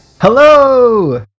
Hello